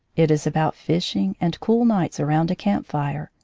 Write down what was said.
it is about fishing, and cool nights around a camp-fire,